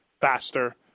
faster